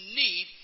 need